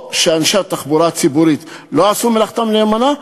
או שאנשי התחבורה הציבורית לא עשו מלאכתם נאמנה,